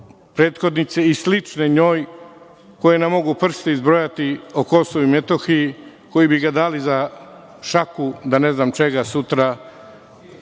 prethodnice i slične njoj koje mogu na prste izbrojati, o Kosovu i Metohiji koji bi ga dali za šaku, ne znam čega sutra,